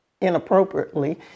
inappropriately